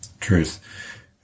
truth